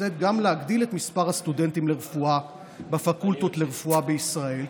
את מספר הסטודנטים לרפואה בפקולטות לרפואה בישראל,